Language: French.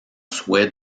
souhait